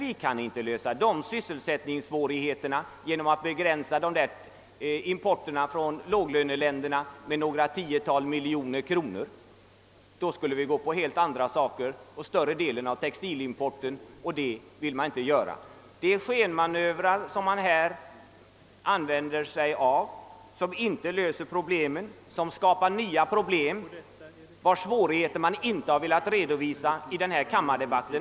Vi kan emellertid inte klara de sysselsättningssvårigheterna genom att begränsa importen från låglöneländerna med några tiotal miljoner kronor. Då måste vi i stället inrikta oss mot den större delen av textilimporten, men det vill man inte göra. Man föreslår en skenmanöver som inte löser problemet men som skapar nya problem, vilka man dock inte velat redovi sa i kammardebatten.